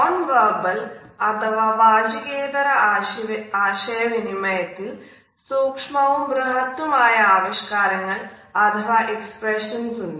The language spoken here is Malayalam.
നോൺ വെർബൽ അഥവാ വാചികേതര ആശയവിനിമയത്തിൽ സൂക്ഷ്മവും ബൃഹത്തും ആയ ആവിഷ്കരണങ്ങൾ അഥവാ എക്സ്പ്രെഷൻസ് ഉണ്ട്